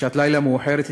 בשעת לילה מאוחרת,